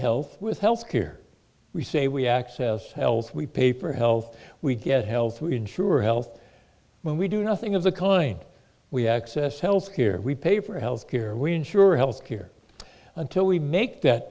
health with health care we say we access health we pay for health we get health care insure health when we do nothing of the kind we access health care we pay for health care we insure health care until we make that